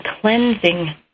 cleansing